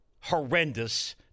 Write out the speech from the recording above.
horrendous